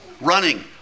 Running